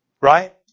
Right